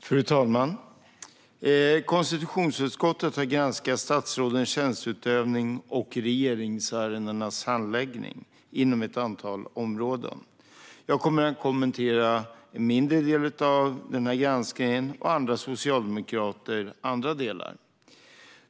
Fru talman! Konstitutionsutskottet har granskat statsrådens tjänsteutövning och regeringsärendenas handläggning inom ett antal områden. Jag kommer att kommentera en mindre del av denna granskning, och andra socialdemokrater kommer att kommentera andra delar.